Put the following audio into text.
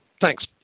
Thanks